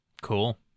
cool